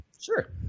Sure